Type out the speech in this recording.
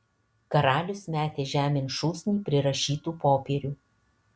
karalius metė žemėn šūsnį prirašytų popierių